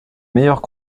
meilleures